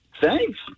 thanks